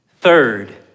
Third